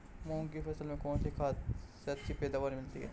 मूंग की फसल में कौनसी खाद से अच्छी पैदावार मिलती है?